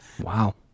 Wow